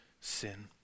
sin